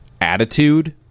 attitude